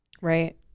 Right